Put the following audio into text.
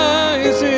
eyes